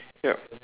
ya